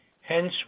Hence